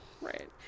Right